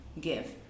give